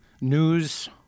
news